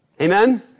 Amen